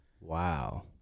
Wow